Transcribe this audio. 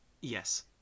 Yes